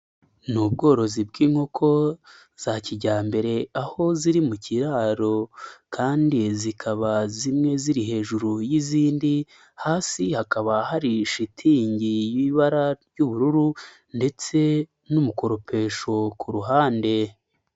Ni ubworozi bw'inkoko za kijyambere aho ziri mu kiraro, kandi zikaba zimwe ziri hejuru y'izindi, hasi hakaba hari shitingi y'ibara ry'ubururu ndetse n'umukoropesho ku ruhande.